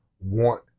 Want